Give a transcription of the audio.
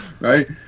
Right